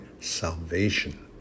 salvation